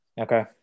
okay